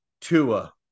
Tua